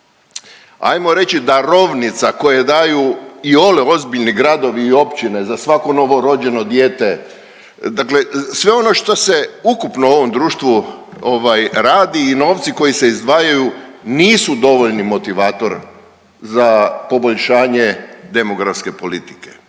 ajmo reći darovnica koje daju iole ozbiljni gradovi i općine za svako novorođeno dijete, dakle sve ono što se ukupno u ovom društvu ovaj radi i novci koji se izdvajaju nisu dovoljni motivator za poboljšanje demografske politike.